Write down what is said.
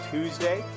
Tuesday